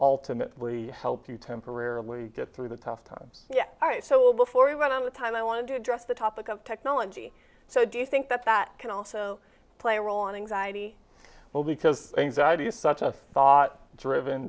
ultimately help you temporarily get through the tough times yeah all right so before we went on the time i wanted to address the topic of technology so do you think that that can also play a role in ng's id well because anxiety is such a thought driven